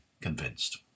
convinced